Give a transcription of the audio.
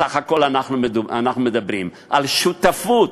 בסך הכול אנחנו מדברים על שותפות,